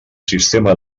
sistema